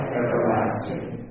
everlasting